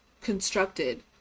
constructed